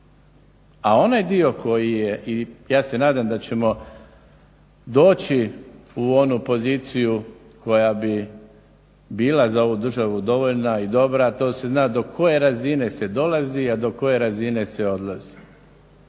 A onaj dio koji je, i ja se nadam da ćemo doći u onu poziciju koja bi bila za ovu državu dovoljna i dobra, a to se zna do koje razine se dolazi, a do koje razine se odlazi.